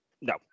No